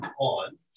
on